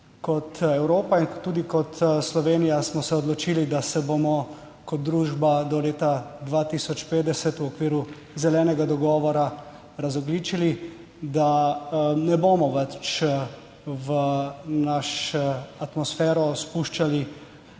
Kot Evropa in tudi kot Slovenija smo se odločili, da se bomo kot družba do leta 2050 v okviru Zelenega dogovora razogljičili, da ne bomo več v našo atmosfero spuščali